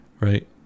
right